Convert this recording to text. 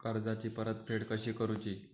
कर्जाची परतफेड कशी करुची?